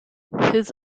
his